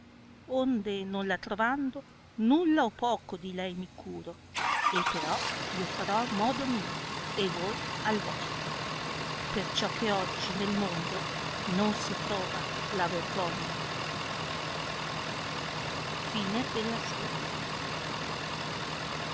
onde non la trovando nulla o poco di lei mi curo e però io farò a modo mio e voi al vostro perciò che oggi nel mondo non si trova la vergogna